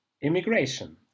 immigration